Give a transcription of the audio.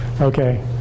Okay